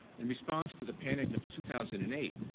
in response to the panic of two thousand and eight,